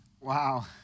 Wow